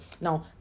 Now